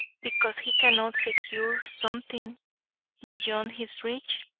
because he cannot secure something beyond his reach?